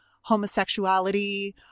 homosexuality